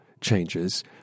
changes